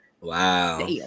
Wow